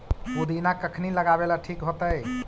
पुदिना कखिनी लगावेला ठिक होतइ?